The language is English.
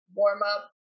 warm-up